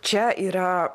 čia yra